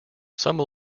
some